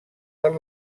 per